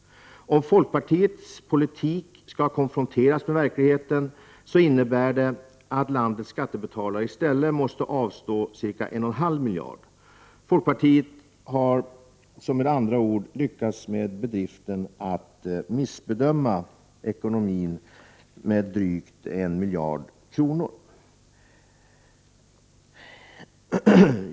Om folkpartiets politik skall konfronteras med verkligheten, innebär det att landets skattebetalare i stället måste avstå ca 1,5 miljarder. Folkpartiet har med andra ord lyckats med bedriften att missbedöma ekonomin med drygt 1 miljard kronor.